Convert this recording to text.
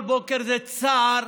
כל בוקר זה צער